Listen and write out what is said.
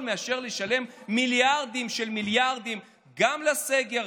מאשר לשלם מיליארדים של מיליארדים גם לסגר,